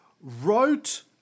Wrote